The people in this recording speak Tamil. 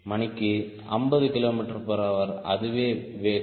மணிக்கு 50 kmh அதுவே வேகம்